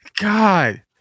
god